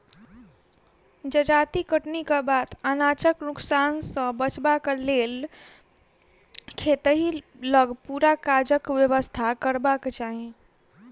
जजाति कटनीक बाद अनाजक नोकसान सॅ बचबाक लेल खेतहि लग पूरा काजक व्यवस्था करबाक चाही